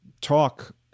talk